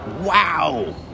Wow